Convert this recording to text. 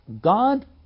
God